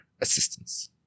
assistance